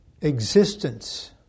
existence